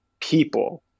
people